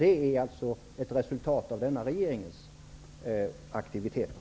Det är ett resultat av regeringens aktiviteter.